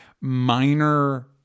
minor